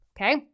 Okay